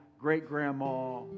great-grandma